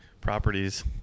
properties